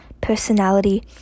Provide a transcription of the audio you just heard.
personality